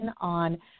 on